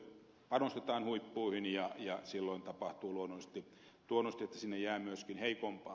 panostetaan huippuihin ja silloin tapahtuu luonnollisesti niin että sinne jää myöskin heikompaa